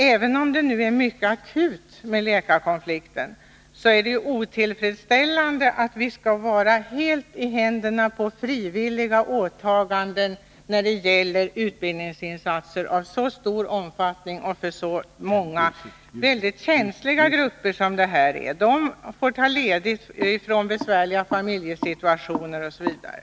Även om situationen nu är mycket akut med hänsyn till läkarkonflikten, så är det ju otillfredsställande att vi skall vara helt i händerna på frivilliga åtaganden när det gäller utbildningsinsatser av så stor omfattning och för så många väldigt känsliga grupper som de här. De får ta ledigt från besvärliga familjesituationer osv.